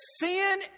sin